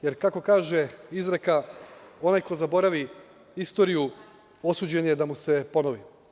Jer kako kaže izreka – onaj ko zaboravi istoriju osuđen je da mu se ponovi.